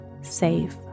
safe